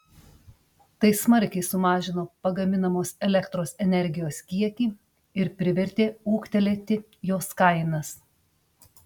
tai smarkiai sumažino pagaminamos elektros energijos kiekį ir privertė ūgtelėti jos kainas